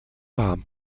vám